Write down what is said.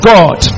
God